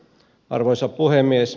arvoisa puhemies